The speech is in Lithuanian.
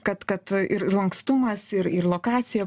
kad kad ir lankstumas ir ir lokacija